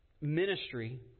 ministry